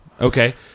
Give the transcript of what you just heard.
Okay